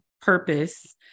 purpose